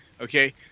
Okay